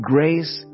Grace